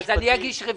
אז אגיש רביזיה.